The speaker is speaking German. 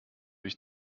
ich